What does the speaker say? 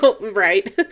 Right